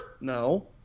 No